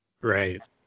right